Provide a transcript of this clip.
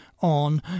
on